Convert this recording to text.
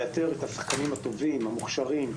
לאתר את השחקנים הטובים והמוכשרים,